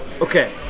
okay